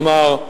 כלומר,